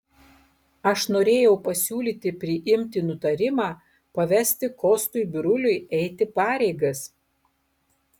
aš norėjau pasiūlyti priimti nutarimą pavesti kostui biruliui eiti pareigas